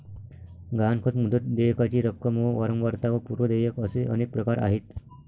गहाणखत, मुदत, देयकाची रक्कम व वारंवारता व पूर्व देयक असे अनेक प्रकार आहेत